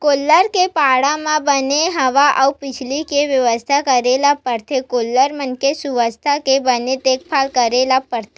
गोल्लर के बाड़ा म बने हवा अउ बिजली के बेवस्था करे ल परथे गोल्लर मन के सुवास्थ के बने देखभाल करे ल परथे